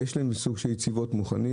ויש להם איזשהו סוג של יציבות מוכנים.